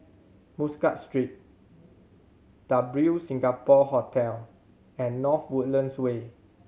Muscat Street W Singapore Hotel and North Woodlands Way